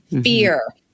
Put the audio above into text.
Fear